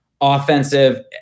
offensive